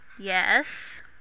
Yes